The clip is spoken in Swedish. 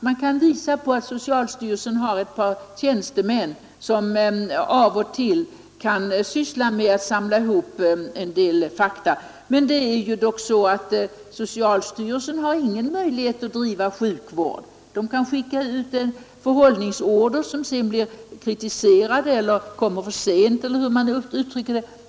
Man kan visa på att socialstyrelsen har ett par tjänstemän som av och till kan syssla med att samla ihop en del fakta, men socialstyrelsen har ingen möjlighet att bedriva sjukvård! Den kan skicka ut en förhållningsorder, som sedan blir kritiserad eller kommer för sent — eller hur man nu uttrycker det.